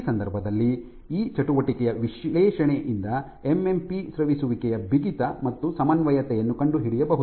ಈ ಸಂದರ್ಭದಲ್ಲಿ ಈ ಚಟುವಟಿಕೆಯ ವಿಶ್ಲೇಷಣೆಯಿಂದ ಎಮ್ಎಂಪಿ ಸ್ರವಿಸುವಿಕೆಯ ಬಿಗಿತ ಮತ್ತು ಸಮನ್ವಯತೆಯನ್ನು ಕಂಡುಹಿಡಿಯಬಹುದು